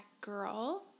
girl